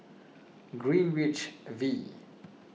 Greenwich V